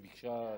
היא ביקשה לצאת.